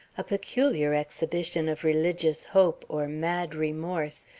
a peculiar exhibition of religious hope or mad remorse,